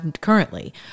currently